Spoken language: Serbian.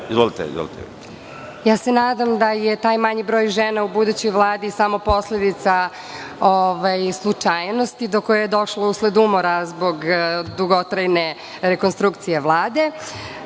Nadam se da je taj manji broj žena u budućoj Vladi samo posledica slučajnosti do koje je došlo usled umora zbog dugotrajne rekonstrukcije